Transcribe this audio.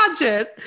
imagine